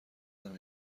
نمی